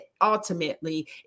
ultimately